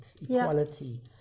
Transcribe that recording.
equality